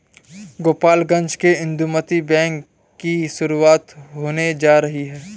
गोपालगंज में इंदुमती बैंक की शुरुआत होने जा रही है